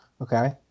Okay